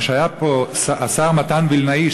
כשהיה פה השר מתן וילנאי,